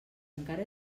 encara